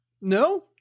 No